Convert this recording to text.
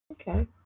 Okay